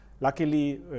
luckily